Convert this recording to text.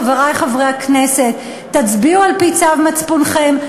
חברי חברי הכנסת: תצביעו על-פי צו מצפונכם,